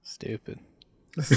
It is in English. Stupid